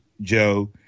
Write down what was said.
Joe